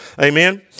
Amen